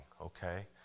okay